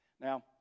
Now